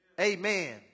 Amen